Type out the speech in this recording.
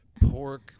pork